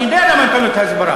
אני יודע למה הוא נתן לו את ההסברה.